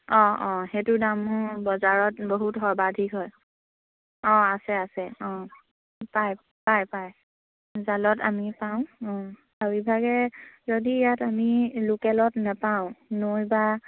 অঁ অঁ সেইটো দামো বজাৰত বহুত সৰ্বাধিক হয় অঁ আছে আছে অঁ পায় পায় পায় জালত আমি পাওঁ অঁ আৰু ইভাগে যদি ইয়াত আমি লোকেলত নাপাওঁ নৈ বা